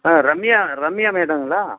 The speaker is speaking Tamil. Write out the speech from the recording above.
ஆ ரம்யா ரம்யா மேடங்களா